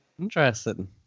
interesting